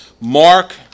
Mark